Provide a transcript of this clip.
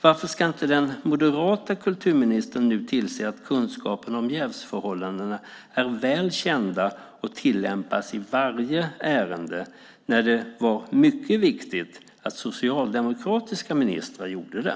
Varför ska inte nu den moderata kulturministern tillse att reglerna om jävsförhållandena är väl kända och tillämpas i varje ärende när det var mycket viktigt att socialdemokratiska ministrar gjorde det?